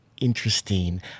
interesting